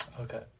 Okay